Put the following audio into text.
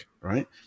right